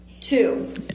two